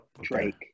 Drake